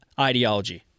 ideology